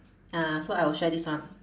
ah so I will share this one